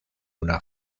una